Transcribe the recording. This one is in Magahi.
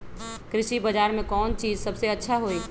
कृषि बजार में कौन चीज सबसे अच्छा होई?